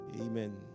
amen